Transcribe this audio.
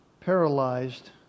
paralyzed